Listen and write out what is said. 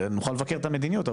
נוכל לבקר את המדיניות,